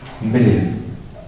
million